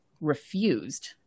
refused